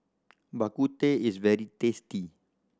Bak Kut Teh is very tasty